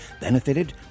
benefited